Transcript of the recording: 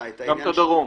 גם את הדרום.